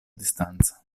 distanza